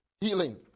healing